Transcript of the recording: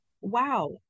wow